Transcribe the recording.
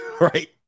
right